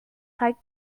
steigt